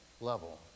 level